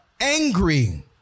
angry